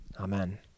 Amen